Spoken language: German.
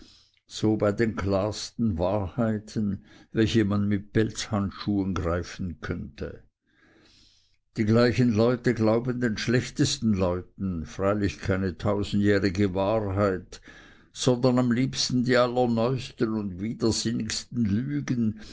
so bei den klarsten wahrheiten welche man mit pelzhandschuhen greifen könnte die gleichen leute glauben den schlechtesten leuten freilich keine tausendjährige wahrheit sondern am liebsten die allerneusten und widersinnigsten lügen